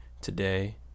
today